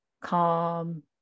calm